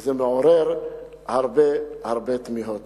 וזה מעורר הרבה הרבה תמיהות.